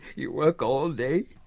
you work all day,